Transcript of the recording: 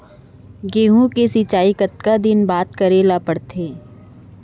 गेहूँ के सिंचाई कतका दिन बाद करे ला पड़थे?